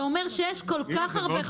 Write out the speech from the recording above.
זה אומר שיש כל כך הרבה דברים לא ברורים.